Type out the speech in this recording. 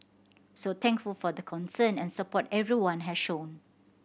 so thankful for the concern and support everyone has shown